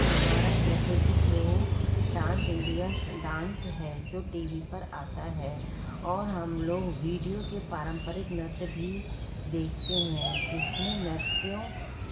हमारा प्रसिद्ध show Dance India स डांस है जो टी वी पर आता है और हम लोग वीडियो के पारंपरिक नृत्य भी देखते हैं जिसमें नृत्यों